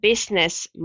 business